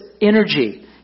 energy